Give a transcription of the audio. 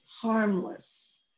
harmless